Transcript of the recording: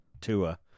Tua